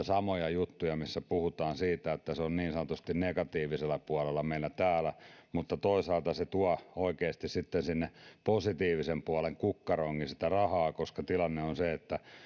samoja juttuja missä puhutaan siitä että se on niin sanotusti negatiivisella puolella meillä täällä mutta toisaalta se tuo oikeasti sitten sinne positiivisen puolen kukkaroonkin rahaa koska tilanne on se että